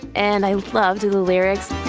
and i loved the lyrics